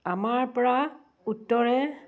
আমাৰপৰা উত্তৰে